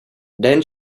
then